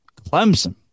Clemson